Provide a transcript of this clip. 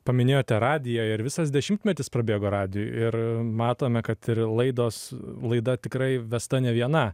paminėjote radiją ir visas dešimtmetis prabėgo radijuj ir matome kad ir laidos laida tikrai vesta ne viena